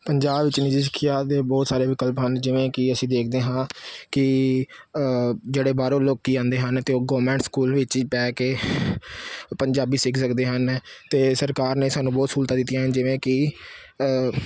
ਪੰਜਾਬ ਵਿੱਚ ਨਿੱਜੀ ਸਿੱਖਿਆ ਦੇ ਬਹੁਤ ਸਾਰੇ ਵਿਕਲਪ ਹਨ ਜਿਵੇਂ ਕਿ ਅਸੀਂ ਦੇਖਦੇ ਹਾਂ ਕਿ ਜਿਹੜੇ ਬਾਹਰੋਂ ਲੋਕ ਆਉਂਦੇ ਹਨ ਤਾਂ ਉਹ ਗੌਵਰਮੈਂਟ ਸਕੂਲ ਵਿੱਚ ਹੀ ਪੈ ਕੇ ਪੰਜਾਬੀ ਸਿੱਖ ਸਕਦੇ ਹਨ ਅਤੇ ਸਰਕਾਰ ਨੇ ਸਾਨੂੰ ਬਹੁਤ ਸਹੂਲਤਾਂ ਦਿੱਤੀਆਂ ਹਨ ਜਿਵੇਂ ਕਿ